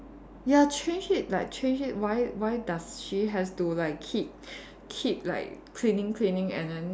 ya change it like change it why why does she has to like keep keep like cleaning cleaning and then